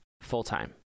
full-time